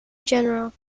genera